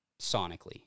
sonically